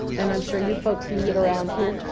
and i'm sure you folks use it around here.